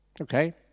Okay